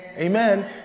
Amen